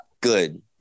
Good